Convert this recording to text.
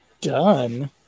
done